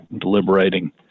deliberating